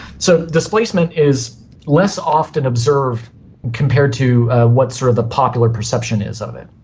so displacement is less often observed compared to what sort of the popular perception is of it.